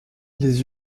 les